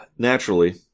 Naturally